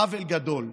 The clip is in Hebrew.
עוול גדול.